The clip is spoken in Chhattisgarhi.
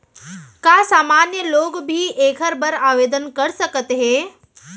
का सामान्य लोग भी एखर बर आवदेन कर सकत हे?